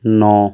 ਨੌ